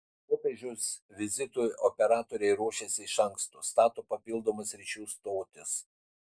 popiežiaus vizitui operatoriai ruošiasi iš anksto stato papildomas ryšių stotis